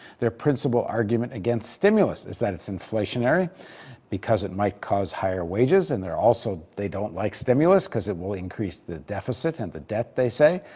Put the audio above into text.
their principal argument against stimulus is that it's inflationary because it might cause higher wages. and they're also they don't like stimulus cause it will increase the deficit and the debt, they say,